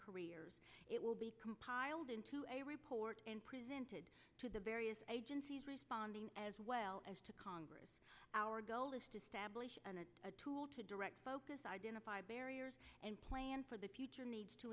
careers it will be piled into a report presented to the various agencies responding as well as to congress our goal is to establish and it's a tool to direct focus identify barriers and plan for the future needs to